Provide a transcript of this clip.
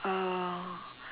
uh